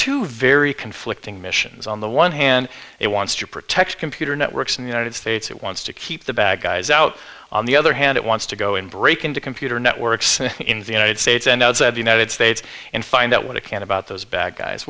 two very conflicting missions on the one hand it wants to protect computer networks in the united states it wants to keep the bad guys out on the other hand it wants to go and break into computer networks in the united states and outside the united states and find out what it can about those bad guys